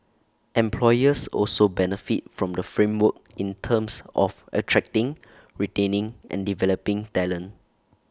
employers also benefit from the framework in terms of attracting retaining and developing talent